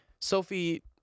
Sophie